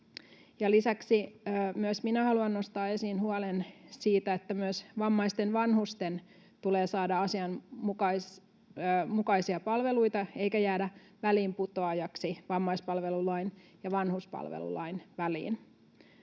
lisäksi myös minä haluan nostaa esiin huolen siitä, että myös vammaisten vanhusten tulee saada asianmukaisia palveluita eikä jäädä väliinputoajaksi vammaispalvelulain ja vanhuspalvelulain väliin.